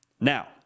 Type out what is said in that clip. Now